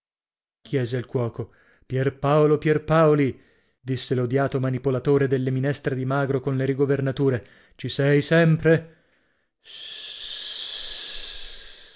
chiese al cuoco pierpaolo pierpaoli disse l'odiato manipolatore delle minestre di magro con le rigovernature ci sei sempre